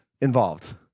involved